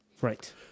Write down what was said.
Right